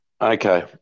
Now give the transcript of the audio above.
Okay